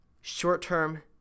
short-term